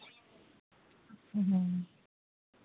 ᱦᱮᱸ